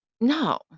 No